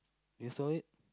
you saw it